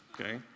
Okay